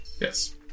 Yes